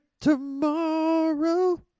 Tomorrow